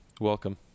Welcome